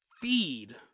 feed